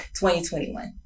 2021